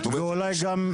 זאת אומרת,